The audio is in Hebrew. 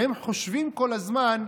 והם חושבים כל הזמן,